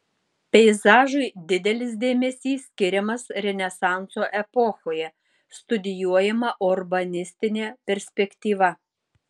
peizažui didelis dėmesys skiriamas renesanso epochoje studijuojama urbanistinė perspektyva